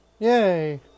Yay